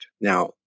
Now